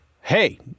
hey